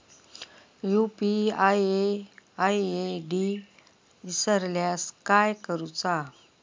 UPI ID इसरल्यास काय करुचा?